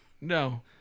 No